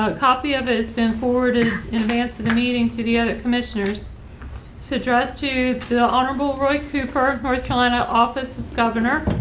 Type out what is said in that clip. ah copy of it has been forwarded in advance of the meeting to the other commissioners to address to the honorable roy cooper, north carolina office governor.